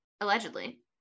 Allegedly